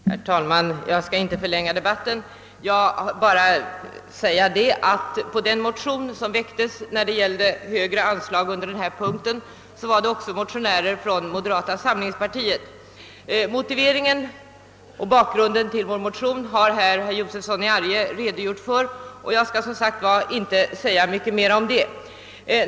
Herr talman! Jag skall inte förlänga debatten men vill i anledning av de motioner som väckts beträffande högre anslag säga några ord under den här punkten. Motiveringen och bakgrunden till vår motion har herr Josefson i Arrie redogjort för och jag skall därför inte gå in mera på detaljer.